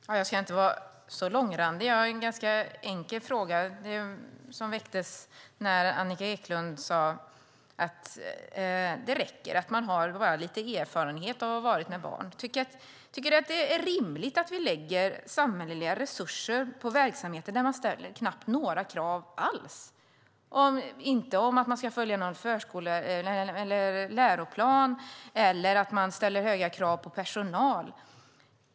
Herr talman! Jag ska inte vara så långrandig. Jag har en ganska enkel fråga som väcktes när Annika Eclund sade att det räcker att man bara har lite erfarenhet av att ha varit med barn. Tycker du att det är rimligt att vi lägger samhälleliga resurser på verksamheter där man ställer knappt några krav alls på att följa någon läroplan eller ställa höga krav på personal?